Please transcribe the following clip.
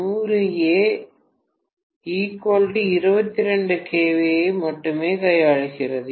2kVAx100A 22 kVA ஐ மட்டுமே கையாளுகிறது